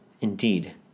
Indeed